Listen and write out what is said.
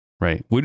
right